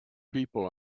people